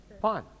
Fine